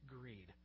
greed